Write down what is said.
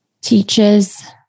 teaches